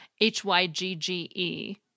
H-Y-G-G-E